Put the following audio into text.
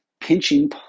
pinching